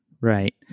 Right